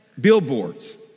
billboards